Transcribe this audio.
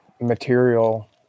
material